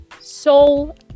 soul